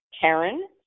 Karen